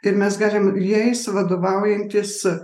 ir mes galim jais vadovaujantis